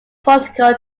political